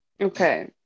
okay